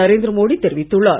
நரேந்திர மோடி தெரிவித்துள்ளார்